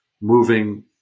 moving